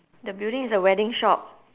the building is a wedding shop